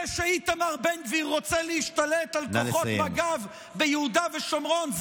זה שאיתמר בן גביר רוצה להשתלט על כוחות מג"ב ביהודה ושומרון,